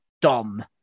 Dom